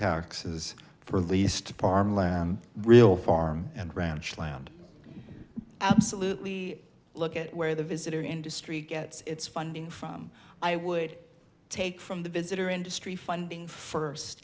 taxes for least parmalat and real farm and ranch land absolutely look at where the visitor industry gets its funding from i would take from the visitor industry funding first